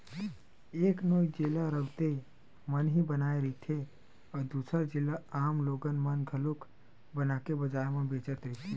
एक नोई जेला राउते मन ही बनाए रहिथे, अउ दूसर जेला आम लोगन मन घलोक बनाके बजार म बेचत रहिथे